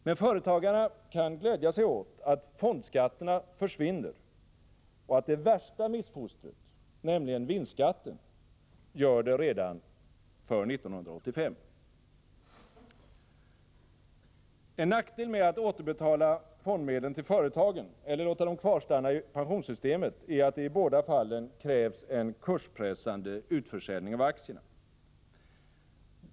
Men företagarna kan glädja sig åt att fondskatterna försvinner och att det värsta missfostret, nämligen vinstskatten, gör det redan för 1985. En nackdel med att återbetala fondmedlen till företagen eller låta dem kvarstanna i pensionssystemet är att det i båda fallen krävs en kurspressande utförsäljning av aktierna.